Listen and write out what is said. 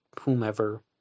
whomever